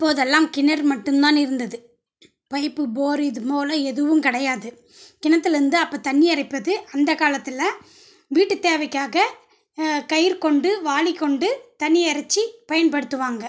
அப்போதெல்லாம் கிணறு மட்டும் தான் இருந்தது பைப்பு போரு இது போல எதுவும் கிடையாது கிணத்துலேருந்து அப்போ தண்ணி இறைப்பது அந்தக் காலத்தில் வீட்டு தேவைக்காக கயிறு கொண்டு வாளி கொண்டு தண்ணியை எறைச்சி பயன்படுத்துவாங்க